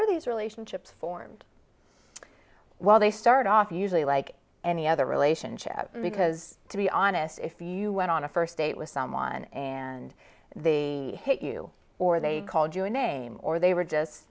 are these relationships formed while they start off usually like any other relationship because to be honest if you went on a first date with someone and they hit you or they called you a name or they were just